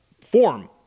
form